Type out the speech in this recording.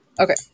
Okay